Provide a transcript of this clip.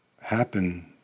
happen